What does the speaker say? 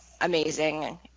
amazing